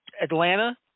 Atlanta